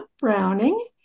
Browning